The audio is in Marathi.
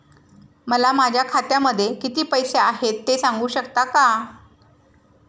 मला माझ्या खात्यामध्ये किती पैसे आहेत ते सांगू शकता का?